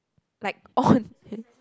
like on